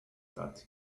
that